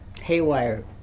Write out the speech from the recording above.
haywire